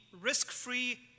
risk-free